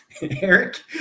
Eric